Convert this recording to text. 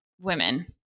women